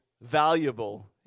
valuable